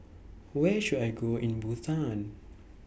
Where should I Go in Bhutan